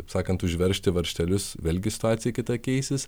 taip sakant užveržti varžtelius vėlgi situacija kita keisis